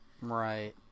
right